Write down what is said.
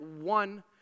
one